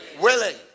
willing